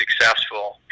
successful